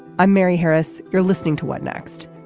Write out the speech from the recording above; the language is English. i'm mary harris. you're listening to what next.